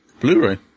Blu-ray